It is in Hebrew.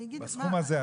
בסכום הזה,